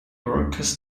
workers